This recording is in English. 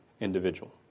individual